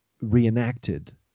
reenacted